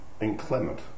inclement